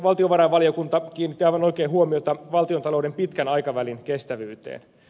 valtiovarainvaliokunta kiinnitti aivan oikein huomiota valtiontalouden pitkän aikavälin kestävyyteen